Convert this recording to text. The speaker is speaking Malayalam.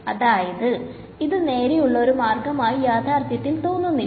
അതായഗ് ഇത് നേരെയുള്ള ഒരു മാർഗമായി യഥാർഥ്യത്തിൽ തോന്നുന്നില്ല